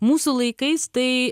mūsų laikais tai